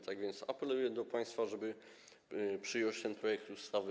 Tak więc apeluję do państwa, żeby przyjąć ten projekt ustawy.